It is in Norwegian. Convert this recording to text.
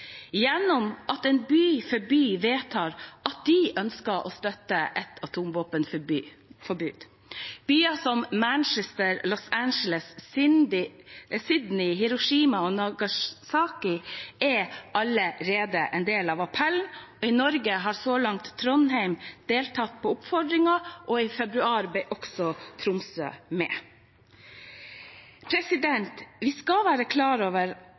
gjennom at by etter by vedtar at de ønsker å støtte et atomvåpenforbud. Byer som Manchester, Los Angeles, Sydney, Hiroshima og Nagasaki er allerede en del av appellen. I Norge har så langt Trondheim deltatt i oppfordringen, og i februar ble også Tromsø med. Vi skal være klar over